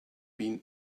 been